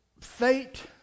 fate